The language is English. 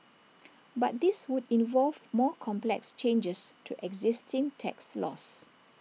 but this would involve more complex changes to existing tax laws